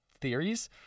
Theories